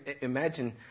imagine